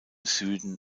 süden